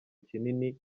kinini